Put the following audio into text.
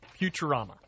Futurama